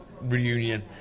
reunion